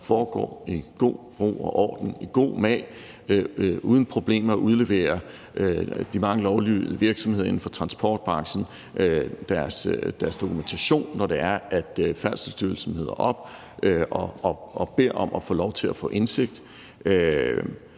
foregår i god ro og orden, i ro og mag, uden problemer med at få udleveret de mange lovlydige virksomheder inden for transportbranchens dokumentation, når det er, at Færdselsstyrelsen møder op og beder om at få lov til at få indsigt.